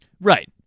Right